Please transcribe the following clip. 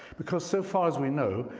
because so far as we know,